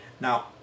Now